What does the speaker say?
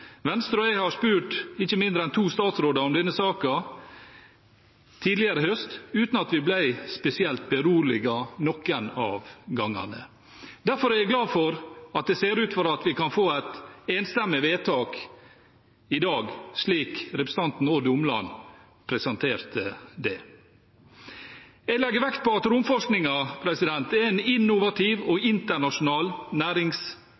Venstre og jeg har spurt ikke mindre enn to statsråder om denne saken tidligere i høst, uten at vi ble spesielt beroliget noen av gangene. Derfor er jeg glad for at det ser ut som om vi kan få et enstemmig vedtak i dag, slik representanten Odd Omland presenterte det. Jeg legger vekt på at romforskningen er en innovativ og